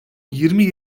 yirmi